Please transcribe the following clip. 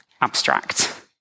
abstract